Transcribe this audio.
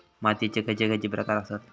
मातीयेचे खैचे खैचे प्रकार आसत?